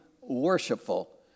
worshipful